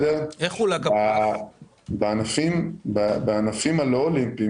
בענפים הלא אולימפיים